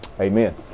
Amen